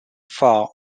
far